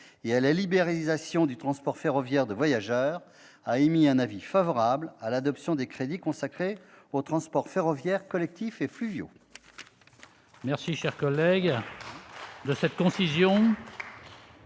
et à la libéralisation du transport ferroviaire de voyageurs, a émis un avis favorable sur l'adoption des crédits consacrés aux transports ferroviaires, collectifs et fluviaux.